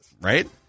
Right